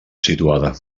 situada